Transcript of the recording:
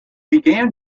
began